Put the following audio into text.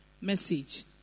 Message